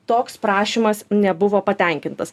toks prašymas nebuvo patenkintas